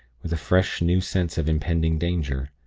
with a fresh, new sense of impending danger.